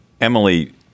Emily